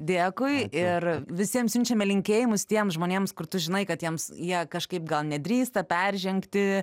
dėkui ir visiems siunčiame linkėjimus tiems žmonėms kur tu žinai kad jiems jie kažkaip gal nedrįsta peržengti